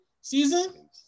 season